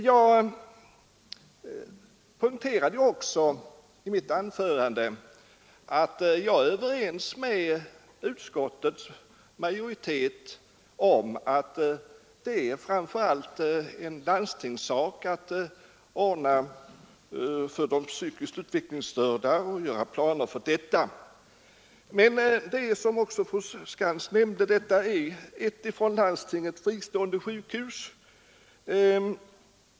Jag poängterade i mitt anförande att jag är överens med utskottets majoritet om att det framför allt är en landstingssak att ordna och planera för de psykiskt utvecklingsstörda. Som också fru Skantz nämnde är emellertid KVS ett gentemot landstinget fristående sjukhus.